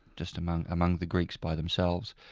just among among the greeks by themselves,